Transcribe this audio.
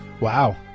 wow